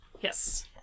Yes